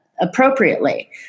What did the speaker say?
appropriately